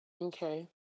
okay